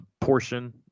portion